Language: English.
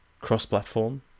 cross-platform